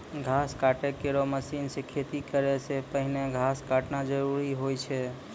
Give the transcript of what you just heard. घास काटै केरो मसीन सें खेती करै सें पहिने घास काटना जरूरी होय छै?